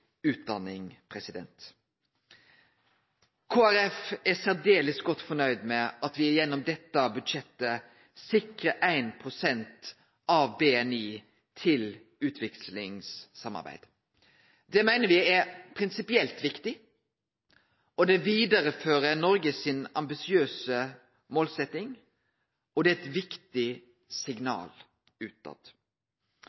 utdanning. Kristeleg Folkeparti er særs godt fornøgd med at me gjennom dette budsjettet sikrar 1 pst. av BNI til utviklingssamarbeid. Det meiner me er prinsipielt viktig, det vidarefører den ambisiøse målsettinga til Noreg, og det er eit viktig